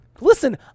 Listen